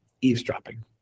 eavesdropping